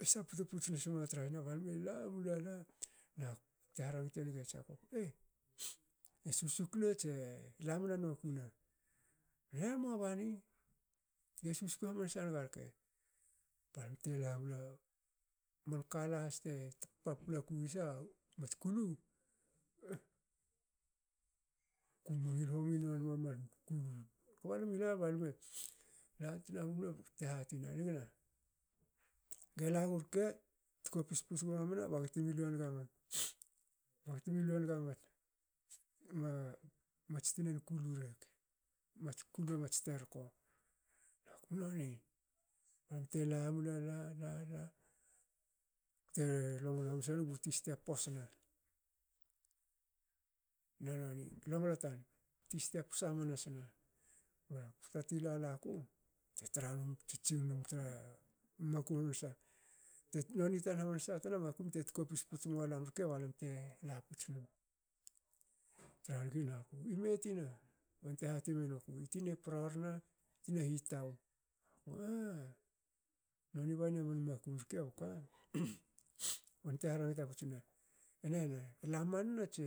E saptu puts nasiwa tra yena balam e lamula la bakute ha rangate nge jecop. e susukna tse lamna nokuna?"Emua bani. ge susku hamansa naga rke,"balam te lamle man kala has te tapa paplaku wi yasa mats kulu kba lamu lala balame lat lamula bakte hatina lime. gela gu rke tkopis gmamana bagate milu haniga naga mats tunan kulu rek. mats kulu mats terko noni. balam te la mula la- la bte longlo hamansa num bu tis te posna. na noni longlo tan tis te posa hamansana. Pota tu lalaku bte tranum tsitsing num tra makum husa. noni tan makum. Tkopis puts malam rke balam te laputs num i tin i pororana ni hitou,"ah noni bani man makum rke boka?" bante rangta puts nama e nehne lamanna tse